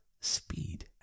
speed